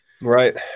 Right